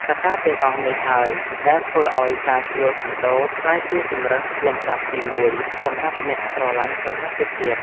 កត្តាទាំងអស់នេះហើយដែលធ្វើឱ្យការជួលខុនដូក្លាយជាជម្រើសលំដាប់ទីមួយសម្រាប់អ្នកស្រឡាញ់សុវត្ថិភាព។